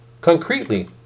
concretely